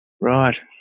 Right